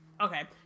Okay